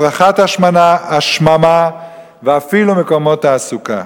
הפרחת השממה ואפילו מקומות תעסוקה.